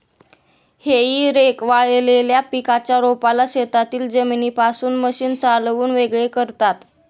हेई रेक वाळलेल्या पिकाच्या रोपाला शेतातील जमिनीपासून मशीन चालवून वेगळे करतात